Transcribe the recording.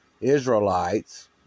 Israelites